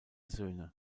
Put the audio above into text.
söhne